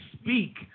speak